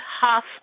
half